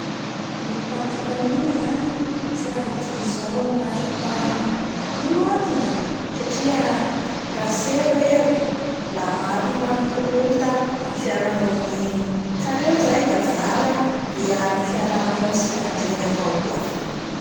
Ny mpitandro filaminana zany tsy raha diso zao amin'ny asa ataony. Ino antony? Satria la tsy eo reo la maro ny raha mikorota amin'ny fiarahamony egny. Ka reo zany da vala miaro ny fiarahamony tsy handringa avao koa.